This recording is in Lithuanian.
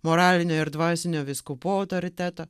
moralinio ir dvasinio vyskupų autoriteto